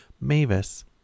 Mavis